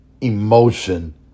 emotion